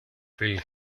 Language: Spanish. film